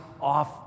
off